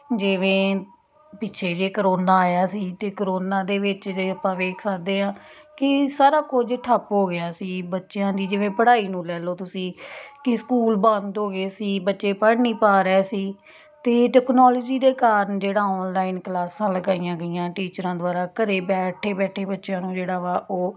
ਜਿਵੇਂ ਪਿੱਛੇ ਜੇ ਕਰੋਨਾ ਆਇਆ ਸੀ ਅਤੇ ਕਰੋਨਾ ਦੇ ਵਿੱਚ ਜੇ ਆਪਾਂ ਵੇਖ ਸਕਦੇ ਹਾਂ ਕਿ ਸਾਰਾ ਕੁਝ ਠੱਪ ਹੋ ਗਿਆ ਸੀ ਬੱਚਿਆਂ ਦੀ ਜਿਵੇਂ ਪੜ੍ਹਾਈ ਨੂੰ ਲੈ ਲਓ ਤੁਸੀਂ ਕਿ ਸਕੂਲ ਬੰਦ ਹੋ ਗਏ ਸੀ ਬੱਚੇ ਪੜ੍ਹ ਨਹੀਂ ਪਾ ਰਹੇ ਸੀ ਅਤੇ ਟੈਕਨੋਲੋਜੀ ਦੇ ਕਾਰਨ ਜਿਹੜਾ ਔਨਲਾਈਨ ਕਲਾਸਾਂ ਲਗਾਈਆਂ ਗਈਆਂ ਟੀਚਰਾਂ ਦੁਆਰਾ ਘਰ ਬੈਠੇ ਬੈਠੇ ਬੱਚਿਆਂ ਨੂੰ ਜਿਹੜਾ ਵਾ ਉਹ